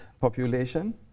population